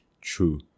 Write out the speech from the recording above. true